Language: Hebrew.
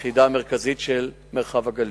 תחנת כרמיאל וגם על-ידי היחידה המרכזית של מרחב הגליל.